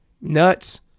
nuts